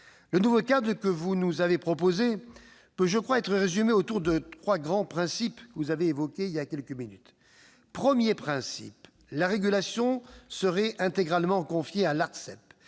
Le nouveau cadre que vous nous avez proposé peut se résumer autour de trois grands principes, que vous avez évoqués à l'instant. Premier principe, la régulation serait intégralement confiée à l'Arcep